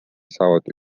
saavad